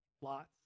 Lots